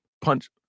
Punch